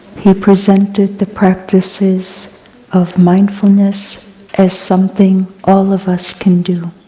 he presented the practices of mindfulness as something all of us can do.